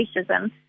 racism